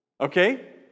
Okay